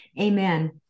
amen